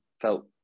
felt